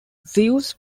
zeus